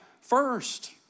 first